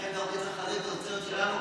לכן צריך לחזק את התוצרת שלנו